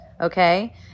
okay